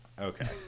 Okay